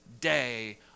day